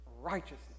Righteousness